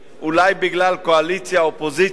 אולי בגלל קואליציה אופוזיציה,